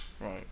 Right